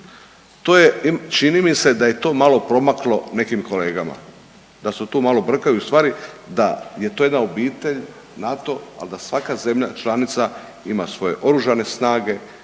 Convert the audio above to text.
čini mi se da je to malo promaklo nekim kolegama. Da su tu malo brkaju stvari, da je to jedna obitelj, NATO, ali da svaka zemlja članica ima svoje oružane snage,